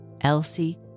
Elsie